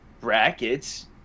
brackets